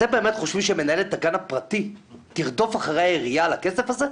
אתם באמת חושבים שמנהלת הגן הפרטי תרדוף אחרי העירייה על הכסף הזה?